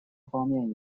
方面